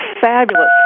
fabulous